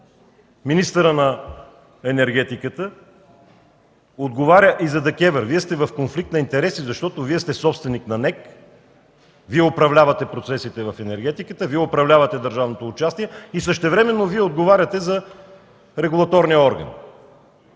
министърът на енергетиката да отговаря и за ДКЕВР. Вие сте в конфликт на интереси, защото Вие сте собственик на НЕК, Вие управлявате процесите в енергетиката, Вие управлявате държавното участие и същевременно Вие отговаряте за регулаторния орган.